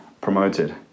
promoted